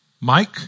Mike